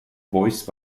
voiced